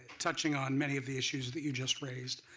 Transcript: touching on many of the issues that you just raised.